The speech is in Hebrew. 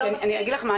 אני אגיד לך מה,